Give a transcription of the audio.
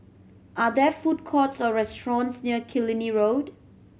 are there food courts or restaurants near Killiney Road